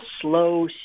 slow